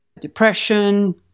depression